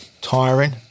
tiring